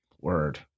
Word